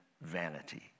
vanity